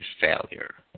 failure